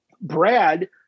Brad